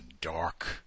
dark